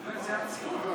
זו המציאות.